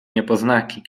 niepoznaki